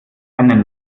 einen